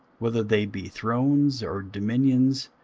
whether they be thrones, or dominions,